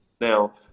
Now